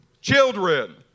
children